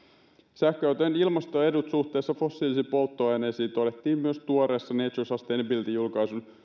sähköautojen ilmastoedut suhteessa fossiilisiin polttoaineisiin todettiin myös tuoreessa nature sustainability julkaisun